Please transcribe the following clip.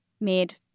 made